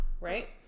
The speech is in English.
Right